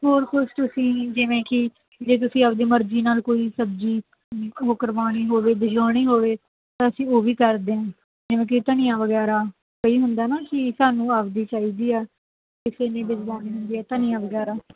ਹੋਰ ਕੁਝ ਤੁਸੀਂ ਜਿਵੇਂ ਕਿ ਜੇ ਤੁਸੀਂ ਆਪਦੀ ਮਰਜ਼ੀ ਨਾਲ ਕੋਈ ਸਬਜ਼ੀ ਉਹ ਕਰਵਾਉਣੀ ਹੋਵੇ ਬਿਜਾਉਣੀ ਹੋਵੇ ਅਸੀਂ ਉਹ ਵੀ ਕਰਦੇ ਆ ਜਿਵੇਂ ਕਿ ਧਨੀਆ ਵਗੈਰਾ ਕਈ ਹੁੰਦਾ ਨਾ ਕੀ ਸਾਨੂੰ ਆਪਦੀ ਚਾਹੀਦੀ ਆ ਕਿਸੇ ਨੇ ਬਿਜਵਾਉਣੀ ਹੁੰਦੀ ਧਨੀਆ ਵਗੈਰਾ